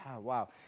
Wow